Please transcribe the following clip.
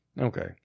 Okay